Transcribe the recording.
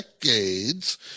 decades